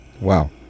Wow